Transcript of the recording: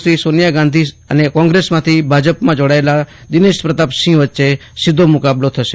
શ્રી સોનિયા ગાંધી અને કોંગ્રેસમાંથી ભાજપમાં જોડાયેલા દિનેશ પ્રતાપસિંહ વચ્ચે સીધો મુકાબલો થશે